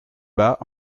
bas